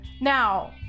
Now